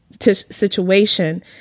situation